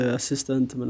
assistant